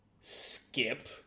skip